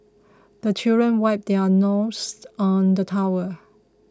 the children wipe their noses on the towel